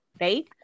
right